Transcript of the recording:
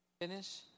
Finish